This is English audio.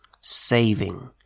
saving